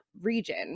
region